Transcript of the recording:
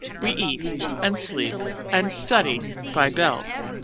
we eat and sleep and study by bells.